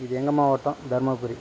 இது எங்கள் மாவட்டம் தருமபுரி